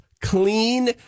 clean